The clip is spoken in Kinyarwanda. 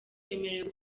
bemerewe